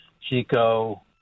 Chico